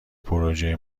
پروژه